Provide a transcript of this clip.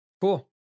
Cool